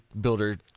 builder